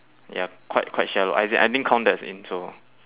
ya quite quite shallow as in I didn't count that in so